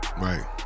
Right